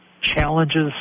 challenges